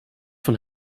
von